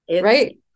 Right